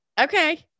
Okay